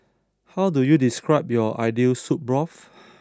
how do you describe your ideal soup broth